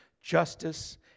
justice